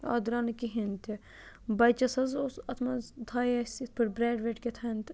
اَتھ درٛاو نہٕ کِہینۍ تہِ بَچَس حظ اوس اَتھ منٛز تھایے اَسہِ یِتھ پٲٹھۍ برٛٮ۪ڈ وٮ۪ڈ کٮ۪تھانۍ تہٕ